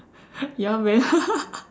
ya man